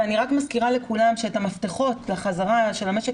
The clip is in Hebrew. אני מזכירה לכולם שאת המפתחות לחזרה של המשק